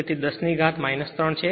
તેથી 10 ની ઘાત 3 છે